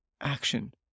Action